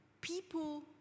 people